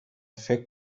فکر